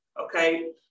Okay